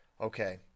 Okay